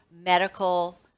medical